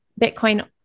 Bitcoin